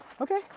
Okay